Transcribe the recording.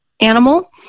animal